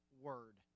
word